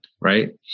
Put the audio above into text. right